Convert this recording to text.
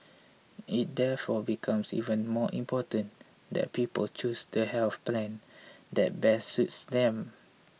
it therefore becomes even more important that people choose the health plan that best suits them